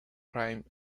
crime